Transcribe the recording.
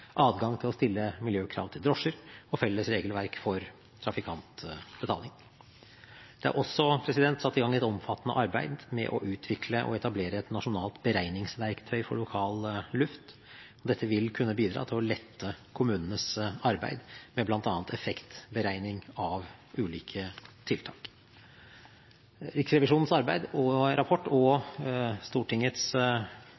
adgang til å stille miljøkrav til drosjer og felles regelverk for trafikantbetaling. Det er også satt i gang et omfattende arbeid med å utvikle og etablere et nasjonalt beregningsverktøy for lokal luft. Dette vil kunne bidra til å lette kommunenes arbeid med bl.a. effektberegning av ulike tiltak. Riksrevisjonens arbeid og rapport